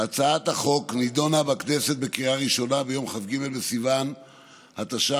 הצעת החוק נדונה בכנסת בקריאה ראשונה ביום כ"ג בסיוון התשע"ו,